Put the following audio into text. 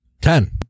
Ten